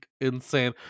insane